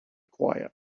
quiet